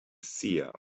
seer